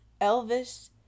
Elvis